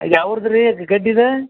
ಯಾವ ಊರ್ದ್ರೀ ಇದು ಗಡ್ಡಿದು